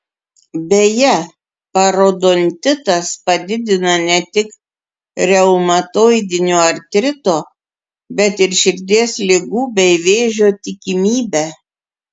beje parodontitas padidina ne tik reumatoidinio artrito bet ir širdies ligų bei vėžio tikimybę